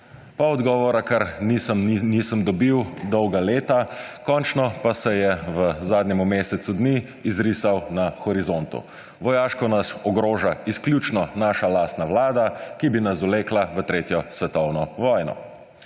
odgovora kar nisem dobil dolga leta, končno pa se je v zadnjemu mesecu dni izrisal na horizontu. Vojaško nas ogroža izključno naša lastna vlada, ki bi nas zvlekla v tretjo svetovno vojno.